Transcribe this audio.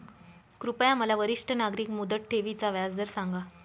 कृपया मला वरिष्ठ नागरिक मुदत ठेवी चा व्याजदर सांगा